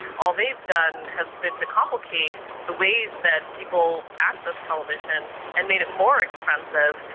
all they've done has been to complicate the ways that people access television and made it more expensive,